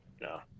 No